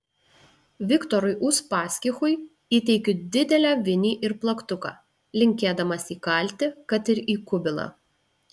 viktorui uspaskichui įteikiu didelę vinį ir plaktuką linkėdamas įkalti kad ir į kubilą